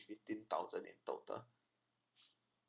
fifteen thousand in total